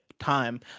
time